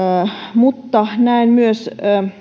mutta näen myös